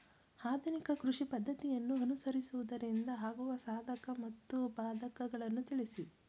ಆಧುನಿಕ ಕೃಷಿ ಪದ್ದತಿಯನ್ನು ಅನುಸರಿಸುವುದರಿಂದ ಆಗುವ ಸಾಧಕ ಮತ್ತು ಬಾಧಕಗಳನ್ನು ತಿಳಿಸಿ?